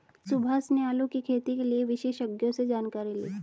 सुभाष ने आलू की खेती के लिए विशेषज्ञों से जानकारी ली